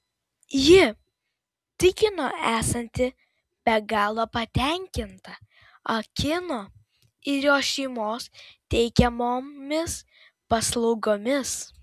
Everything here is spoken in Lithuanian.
ji tikino esanti be galo patenkinta ah kino ir jo šeimos teikiamomis paslaugomis